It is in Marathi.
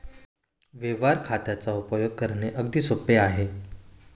व्यवहार खात्याचा उपयोग करणे अगदी सोपे आहे